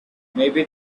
maybe